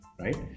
right